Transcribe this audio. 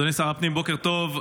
אדוני שר הפנים, בוקר טוב.